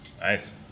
Nice